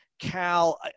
Cal